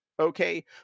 Okay